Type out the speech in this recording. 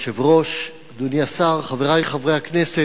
אדוני היושב-ראש, אדוני השר, חברי חברי הכנסת,